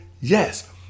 yes